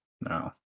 No